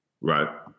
Right